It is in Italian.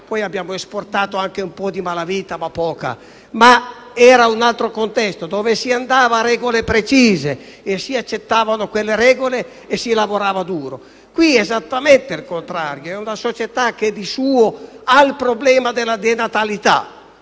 (poi abbiamo esportato anche un po' di malavita, ma poca). Quello era un altro contesto, dove si andava con regole precise, si accettavano quelle regole e si lavorava duro. Qui è esattamente il contrario. C'è una società che di suo ha il problema della denatalità;